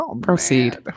proceed